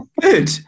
Good